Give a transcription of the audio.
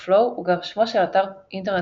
StackOverflow הוא גם שמו של אתר אינטרנט